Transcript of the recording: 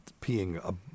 peeing